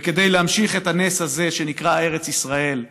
וכדי להמשיך את הנס הזה שנקרא ארץ ישראל,